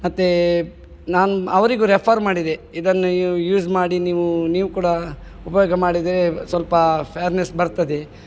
ಮತ್ತೆ ನಾನು ಅವರಿಗು ರೆಫರ್ ಮಾಡಿದೆ ಇದನ್ನು ಯೂಸ್ ಮಾಡಿ ನೀವು ನೀವು ಕೂಡ ಉಪಯೋಗ ಮಾಡಿದರೆ ಸ್ವಲ್ಪ ಫೇರ್ನೆಸ್ ಬರ್ತದೆ